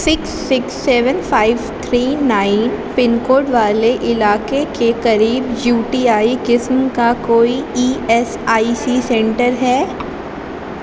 six six seven five three nine pin code والے علاقے کے قریب یو ٹی آئی قسم کا کوئی E S I C centre ہے